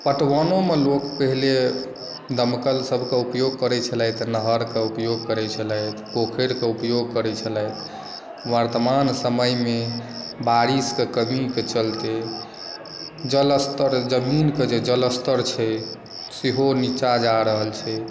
पटवानो मे लोक पहिले दमकल सब के उपयोग करै छलथि तऽ नहर के उपयोग करै छलथि पोखरि के उपयोग करै छलथि वर्तमान समय मे बारिस के कमी के चलते जल अस्तर जमीन के जे जल अस्तर छै सेहो निचा जा रहल छै